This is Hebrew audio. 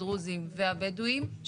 הדרוזים והבדואים,